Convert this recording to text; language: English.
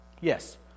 Yes